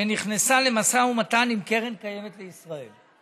שנכנסה למשא ומתן עם קרן קיימת לישראל.